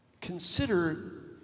Consider